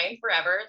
forever